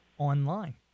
online